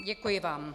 Děkuji vám.